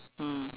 mm